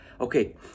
Okay